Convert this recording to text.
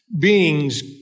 beings